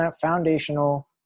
foundational